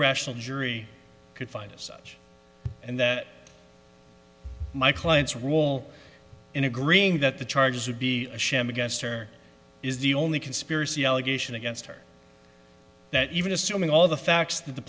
rational jury could find as such and that my client's role in agreeing that the charges would be a sham against her is the only conspiracy allegation against her even assuming all the facts t